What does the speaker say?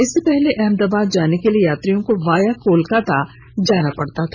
इससे पहले अहमदाबाद जाने के लिए यात्रियों को वाया कोलकाता जाना पड़ता था